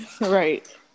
Right